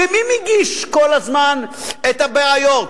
ומי מגיש כל הזמן את הבעיות?